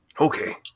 Okay